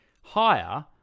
higher